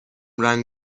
رنگ